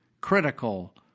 critical